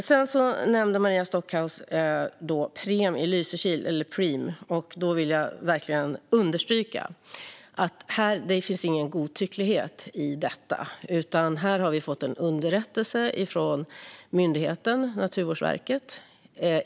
Sedan nämnde Maria Stockhaus Preem i Lysekil. Då vill jag verkligen understryka att det inte finns någon godtycklighet i detta. Vi har fått en underrättelse från myndigheten Naturvårdsverket.